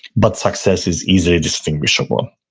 but success is easily distinguishable